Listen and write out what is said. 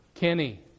Kenny